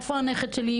איפה הנכד שלי,